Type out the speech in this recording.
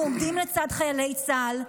אנחנו עומדים לצד חיילי צה"ל.